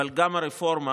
אבל גם הרפורמה,